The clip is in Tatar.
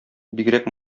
бигрәк